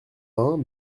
vingt